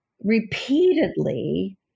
repeatedly